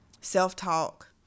self-talk